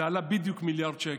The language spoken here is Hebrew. זה עלה בדיוק מיליארד שקל.